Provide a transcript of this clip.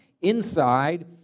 inside